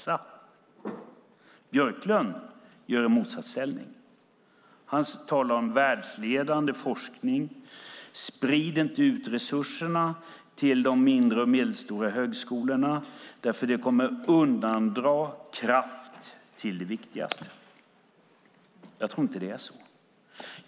Jan Björklund sätter dem i motsatsställning. Han talar om världsledande forskning och säger: Sprid inte ut resurserna till de mindre och medelstora högskolorna, eftersom det kommer att undandra kraft till det viktigaste! Jag tror inte att det är så.